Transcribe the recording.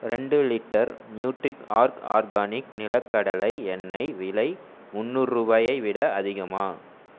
ரெண்டு litre Nutriorg organic நிலக்கடலை எண்ணெய் விலை முன்னூறு ரூபாயை விட அதிகமா